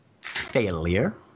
failure